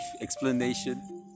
explanation